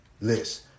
List